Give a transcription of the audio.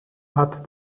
hat